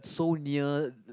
so near th~